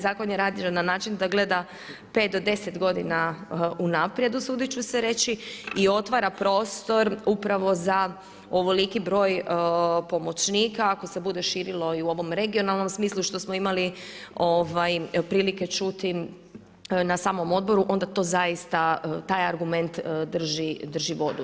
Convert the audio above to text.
Zakon je rađen na način da gleda 5 do 10 godina unaprijed, usudit ću se reći i otvara prostor upravo za ovoliki broj pomoćnika ako se bude širili u ivom regionalnom smislu što smo imali prilike čuti na samom odboru, onda taj argument drži vodu.